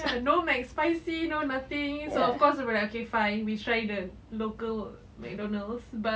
ya no McSpicy no nothing so of course we'll be like okay fine we try the local McDonald's but